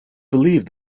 believed